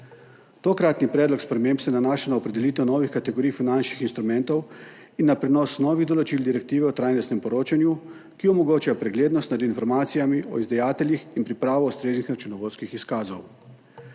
Tokratni predlog sprememb se nanaša na opredelitev novih kategorij finančnih instrumentov in na prenos novih določil direktive o trajnostnem poročanju, ki omogoča preglednost nad informacijami o izdajateljih in pripravo ustreznih računovodskih izkazov.